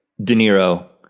de niro,